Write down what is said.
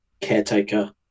caretaker